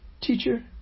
Teacher